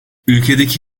ülkedeki